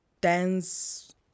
dance